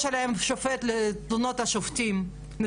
יש עליהם נציבות תלונות השופטים,